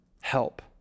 help